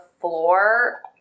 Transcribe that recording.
floor